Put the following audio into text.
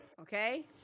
Okay